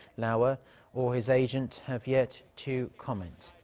lauer or his agent have yet to comment.